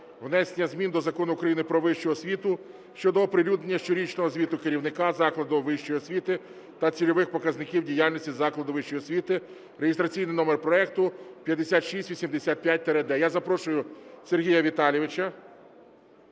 внесення змін до Закону України "Про вищу освіту" щодо оприлюднення щорічного звіту керівника закладу вищої освіти та цільових показників діяльності закладу вищої освіти (реєстраційний номер проекту 5685-д). Я запрошую Сергія Віталійовича.